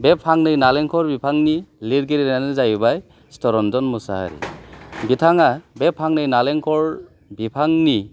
बे फांनै नालेंखर बिफांनि लिरगिरियानो जाहैबाय चित्तरन्जन मोसाहारी बिथाङा बे फांनै नालेंखर बिफांनि